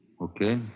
Okay